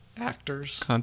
Actors